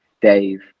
Dave